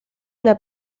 una